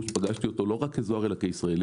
בוש, פגשתי אותו לא רק כזוהר אלא כישראלי.